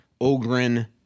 Ogren